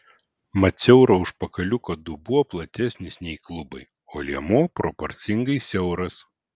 mat siauro užpakaliuko dubuo platesnis nei klubai o liemuo proporcingai siauras